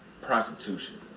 prostitution